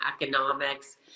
economics